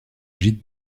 gîte